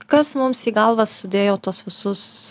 kas mums į galvą sudėjo tuos visus